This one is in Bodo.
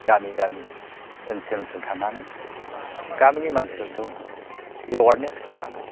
गामि गामि ओनसोल ओनसोल थांनानै गामिनि मानसिफोरखौ एवारनेस खालामनांगोन